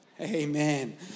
Amen